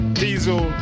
diesel